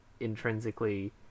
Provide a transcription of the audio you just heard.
intrinsically